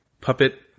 puppet